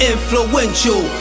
Influential